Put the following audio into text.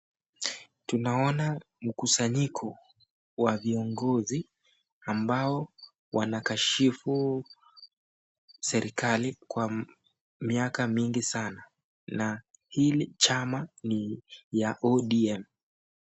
Tunaona mkusanyiko wa viongozi ambao wanakashifu serekali kwa miaka mingi sana na hili chama ni ya ODM.